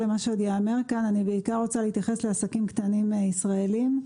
אני בעיקר רוצה להתייחס לעסקים קטנים ישראלים.